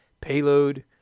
Payload